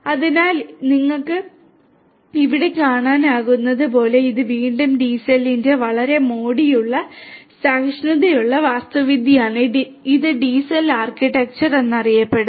അതിനാൽ നിങ്ങൾക്ക് ഇവിടെ കാണാനാകുന്നതുപോലെ ഇത് വീണ്ടും ഡിസിഎല്ലിന്റെ വളരെ മോടിയുള്ള സഹിഷ്ണുതയുള്ള വാസ്തുവിദ്യയാണ് ഇത് ഡിസെൽ ആർക്കിടെക്ചർ എന്നറിയപ്പെടുന്നു